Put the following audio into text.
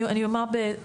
אני אומר,